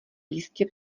jistě